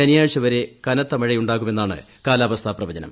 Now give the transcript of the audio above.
ശനിയാഴ്ച വരെ കനത്ത മഴയുണ്ടാകുമെന്നാണ് കാലാവസ്ഥ പ്രവചനം